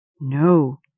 No